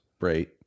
right